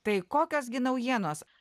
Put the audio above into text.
tai kokios gi naujienos